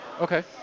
Okay